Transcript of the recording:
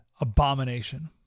abomination